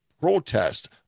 protest